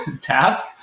task